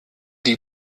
die